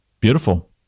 Beautiful